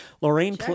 Lorraine